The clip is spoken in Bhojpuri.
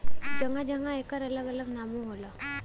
जगह जगह एकर अलग अलग नामो होला